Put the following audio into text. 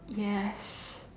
yes